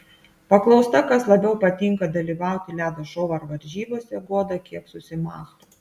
paklausta kas labiau patinka dalyvauti ledo šou ar varžybose goda kiek susimąsto